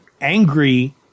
angry